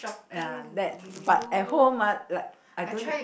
ya that but at home ah like I don't